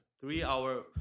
three-hour